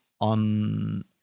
on